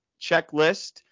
checklist